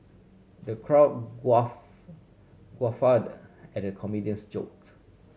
the crowd guffawed at comedian's joke